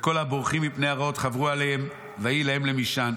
וכל הבורחים מפני הרעות חברו אליהם ויהיו להם למשען.